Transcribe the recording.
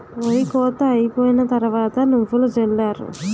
ఒరి కోత అయిపోయిన తరవాత నువ్వులు జల్లారు